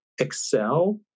Excel